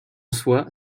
soit